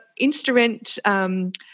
InstaRent